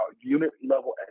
unit-level